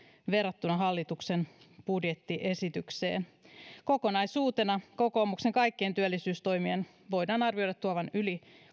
verrattuna hallituksen budjettiesitykseen kokonaisuutena kokoomuksen kaikkien työllisyystoimien voidaan arvioida tuovan yli